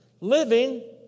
living